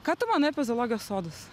ką tu manai apie zoologijos sodus